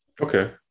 Okay